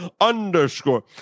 underscore